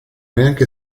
neanche